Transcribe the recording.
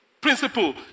principle